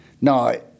No